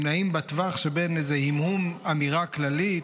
הם נעים בטווח שבין איזה המהום אמירה כללית,